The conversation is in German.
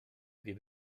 wir